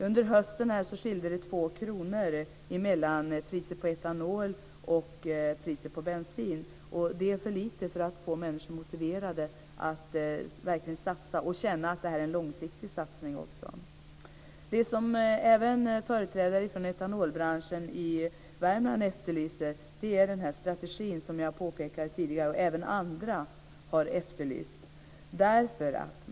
Under hösten skilde det 2 kr mellan priset på etanol och priset på bensin. Det är för lite för att få människor motiverade att verkligen satsa och även känna att det är en långsiktig satsning. Det som företrädare för etanolbranschen i Värmland efterlyser är en strategi, som jag tidigare påpekade. Det har även andra efterlyst.